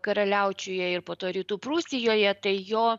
karaliaučiuje ir po to rytų prūsijoje tai jo